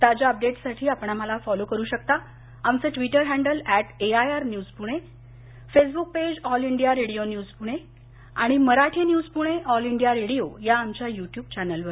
ताज्या अपडेट्ससाठी आपण आम्हाला फॉलो करु शकता आमचं Twitter handle at AIR news Pune Facebook page All India Radio news Pune आणि Marathi news Pune All India Radio या आमच्या युट्युब चॅनेलवर